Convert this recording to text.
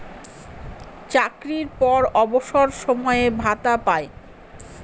চাকরির পর অবসর সময়ে ভাতা পায়